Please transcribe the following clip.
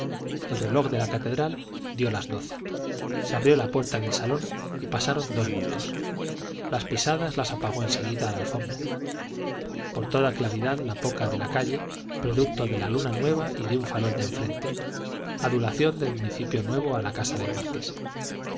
el reloj de la catedral dio las doce se abrió la puerta del salón y pasaron dos bultos las pisadas las apagó en seguida la alfombra por toda claridad la poca de la calle producto de la luna nueva y de un farol de enfrente adulación del municipio nuevo a la casa del marqués